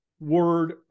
Word